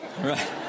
right